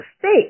fake